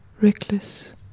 reckless